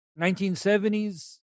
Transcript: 1970s